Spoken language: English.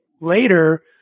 later